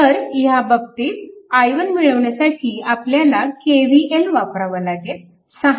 तर ह्या बाबतीत i1 मिळवण्यासाठी आपल्याला KVL वापरावा लागेल